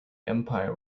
empire